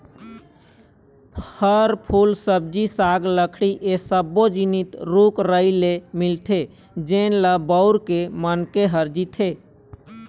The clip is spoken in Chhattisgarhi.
फर, फूल, सब्जी साग, लकड़ी ए सब्बो जिनिस रूख राई ले मिलथे जेन ल बउर के मनखे ह जीथे